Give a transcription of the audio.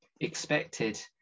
expected